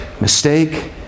mistake